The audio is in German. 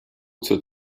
zur